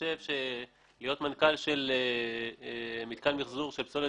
להיות מנכ"ל של מתקן מחזור של פסולת